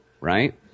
right